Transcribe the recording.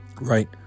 right